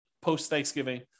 post-Thanksgiving